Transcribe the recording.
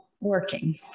working